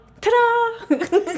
ta-da